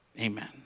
Amen